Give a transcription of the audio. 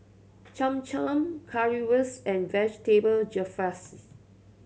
Cham Cham Currywurst and Vegetable Jalfrezi